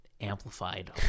amplified